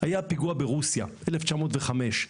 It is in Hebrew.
היה פיגוע ברוסיה ב-1905.